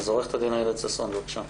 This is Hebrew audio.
עו"ד אילת ששון, בבקשה.